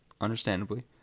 understandably